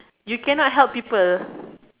you cannot help people